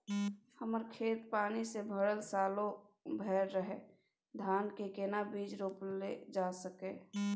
हमर खेत पानी से भरल सालो भैर रहैया, धान के केना बीज रोपल जा सकै ये?